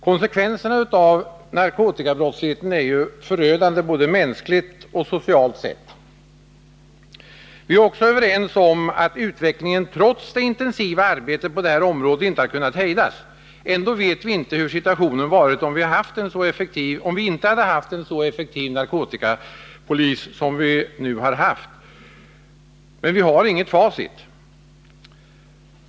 Konsekvenserna av narkotikabrottsligheten är ju förödande både mänskligt och socialt sett. Vi är också överens om att utvecklingen, trots det intensiva arbetet på det här området, inte har kunnat hejdas. Ändå vet vi inte hur situationen hade varit om vi inte hade haft en så effektiv narkotikapolis som vi haft. Men vi har inget facit.